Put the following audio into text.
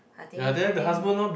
I thinking of planning